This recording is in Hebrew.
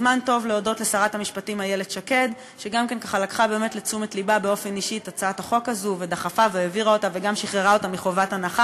אז הצעת החוק הזו באה לעשות דבר נורא נורא